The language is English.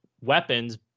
weapons